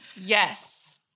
Yes